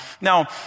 Now